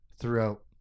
throughout